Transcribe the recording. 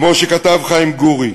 כמו שכתב חיים גורי,